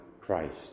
Christ